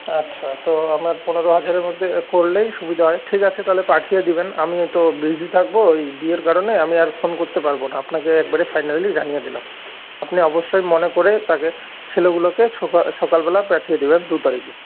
আচ্ছা তো আমার পনেরো হাজারের মধ্যে এ করলেই সুবিধে হয় ঠিক আছে তাহলে পাঠিয়ে দেবেন আমি তো বিজি থাকব এই বিয়ের কারণে আমি আর ফোন করতে পারব না আপনাকে একবারে ফাইনালি জানিয়ে দিলাম আপনি অবশ্যই মনে করে তাকে ছেলেগুলোকে সকালবেলা পাঠিয়ে দেবেন দু তারিখে